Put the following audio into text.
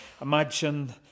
Imagine